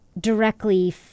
directly